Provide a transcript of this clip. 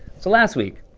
so, last week,